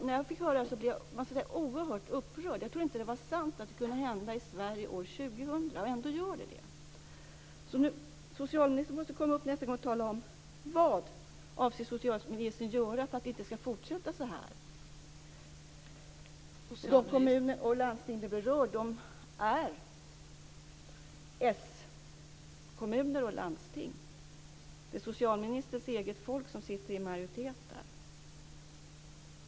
När jag fick höra talas om detta blev jag oerhört upprörd. Jag trodde inte att det var sant att det kunde hända i Sverige år 2000 - ändå gör det det. Socialministern måste tala om vad socialministern avser att göra för att det inte ska fortsätta så. Berörda kommuner och landsting är s-kommuner och slandsting. Det är socialministerns eget folk som sitter i majoritet där.